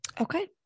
okay